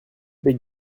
des